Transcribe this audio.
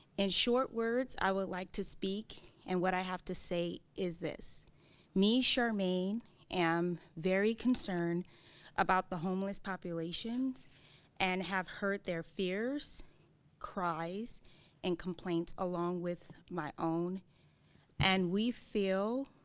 in short words i would like to speak and what i have to say is this me charmaine am very concerned about the homeless populations and have hurt their fears cries and complaints along with my own and we feel